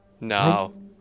No